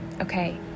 Okay